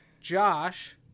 Josh